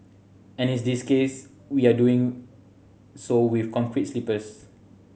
and in this case we are doing so with concrete sleepers